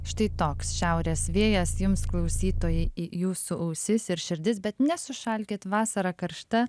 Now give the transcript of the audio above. štai toks šiaurės vėjas jums klausytojai į jūsų ausis ir širdis bet nesušalkit vasara karšta